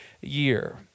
year